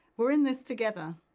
we're in this together,